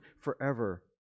forever